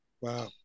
Wow